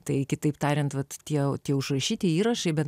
tai kitaip tariant vat tie tie užrašyti įrašai bet